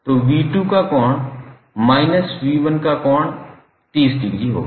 तो 𝑣2 का कोण माइनस 𝑣1 का कोण 30 डिग्री होगा